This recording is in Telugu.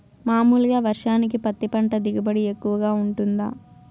మామూలుగా వర్షానికి పత్తి పంట దిగుబడి ఎక్కువగా గా వుంటుందా?